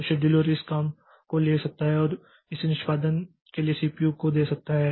तो शेड्यूलर इस काम को ले सकता है और इसे निष्पादन के लिए सीपीयू को दे सकता है